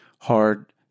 hard